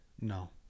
No